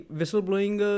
Whistleblowing